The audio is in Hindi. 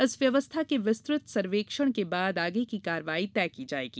इस व्यवस्था के विस्तृत सर्वेक्षण के बाद आगे की कार्रवाई तय की जाएगी